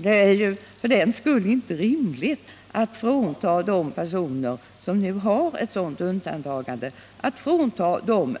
Det är inte rimligt att frånta de personer som nu har ett sådant undantagande